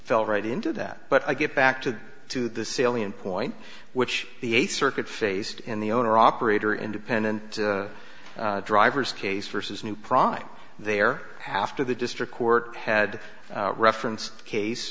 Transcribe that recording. fell right into that but i get back to to the salient point which the eighth circuit faced in the owner operator independent drivers case versus new prime there after the district court had referenced case